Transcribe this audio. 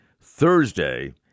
Thursday